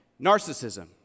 narcissism